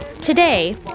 Today